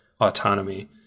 autonomy